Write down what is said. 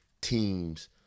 teams